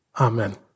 Amen